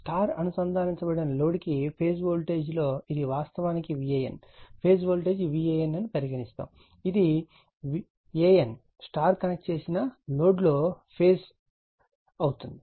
star అనుసందానించబడిన load కు phase voltage లో ఇది వాస్తవానికి VAN ఫేజ్ వోల్టేజ్ VAN అని పరిగణిస్తాము ఇది AN స్టార్ కనెక్ట్ చేసిన లోడ్ లో ఫేజ్ అవుతుంది